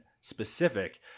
specific